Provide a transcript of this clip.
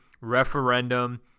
referendum